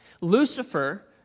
Lucifer